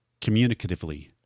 communicatively